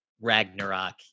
Ragnarok